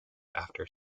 after